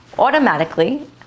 automatically